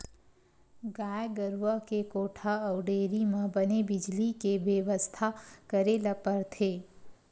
गाय गरूवा के कोठा अउ डेयरी म बने बिजली के बेवस्था करे ल परथे